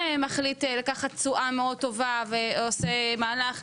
שמחליט לקחת תשואה מאוד טובה ועושה מהלך,